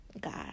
God